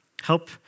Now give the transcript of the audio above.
help